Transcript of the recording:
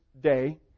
day